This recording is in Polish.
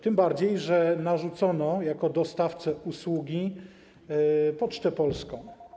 Tym bardziej że narzucono jako dostawcę usługi Pocztę Polską.